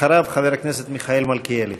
אחריו, חבר הכנסת מיכאל מלכיאלי.